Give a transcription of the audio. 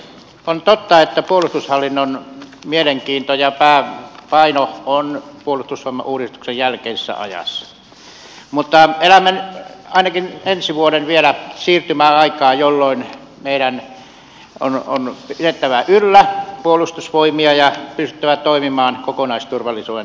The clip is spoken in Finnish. on totta että puolustushallinnon mielenkiinto ja pääpaino on puolus tusvoimauudistuksen jälkeisessä ajassa mutta elämme ainakin ensi vuoden vielä siirtymäaikaa jolloin meidän on pidettävä yllä puolustusvoimia ja pystyttävä toimimaan kokonaisturvallisuuden näkökulmasta